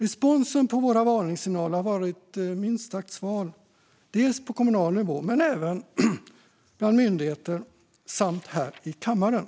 Responsen på våra varningssignaler har varit minst sagt sval, inte bara på kommunal nivå utan även bland myndigheter och här i kammaren.